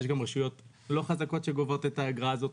יש גם רשויות לא חזקות שגובות את האגרה הזאת,